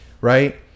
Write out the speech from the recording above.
right